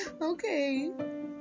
okay